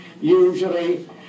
Usually